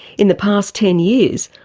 in the past ten years,